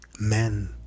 Men